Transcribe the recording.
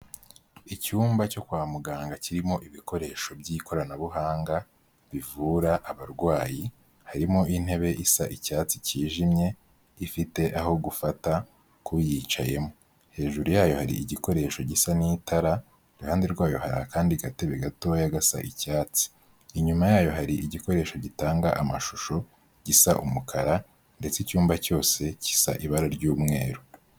Icyumba cyo kwa muganga kirimo ibikoresho by'ikoranabuhanga bivura abarwayi, harimo intebe isa icyatsi kijimye ifite aho gufata ku uyicayemo, hejuru yayo hari igikoresho gisa n'itara, iruhande rwayo hari akandi gatebe gatoya gasa icyatsi, inyuma yayo hari igikoresho gitanga amashusho gisa umukara, ndetse icyumba cyose kisa ibara ry'umweru.